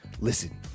Listen